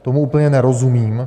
Tomu úplně nerozumím.